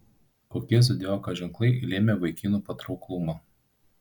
kokie zodiako ženklai lėmė vaikinų patrauklumą